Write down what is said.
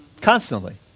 Constantly